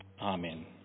Amen